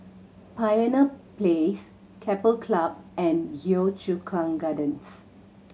Pioneer Place Keppel Club and Yio Chu Kang Gardens